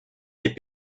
des